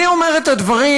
אני אומר את הדברים,